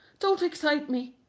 don't excite me.